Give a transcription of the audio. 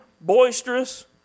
boisterous